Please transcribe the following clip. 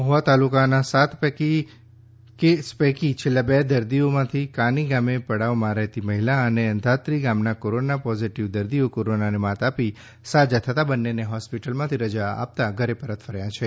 મહ્વા તાલુકાના સાત કેસ પૈકી છેલ્લા બે દર્દીઓમાંથી કાની ગામે પડાવમાં રહેતી મહિલા અને અંધાત્રી ગામના કોરોના પોઝિટિવ દર્દીઓ કોરોનાને માત આપી સાજા થતાં બંનેને હોસ્પિટલમાંથી રજા આપતા ઘરે પરત ફર્યા છે